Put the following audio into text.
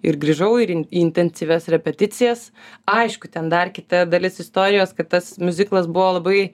ir grįžau ir į intensyvias repeticijas aišku ten dar kita dalis istorijos kad tas miuziklas buvo labai